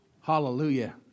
Hallelujah